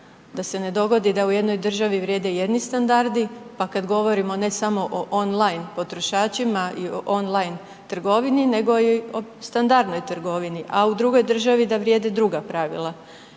da se ne dogodi da u jednoj državi vrijede jedni standardi, pa kad govorimo ne samo o on line potrošačima i o on line trgovini nego i o standardnoj trgovini, a u drugoj državi da vrijede druga pravila.